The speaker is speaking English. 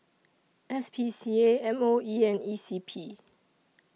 S P C A M O E and E C P